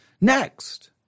Next